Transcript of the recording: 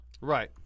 Right